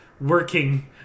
working